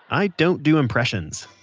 i don't do impressions.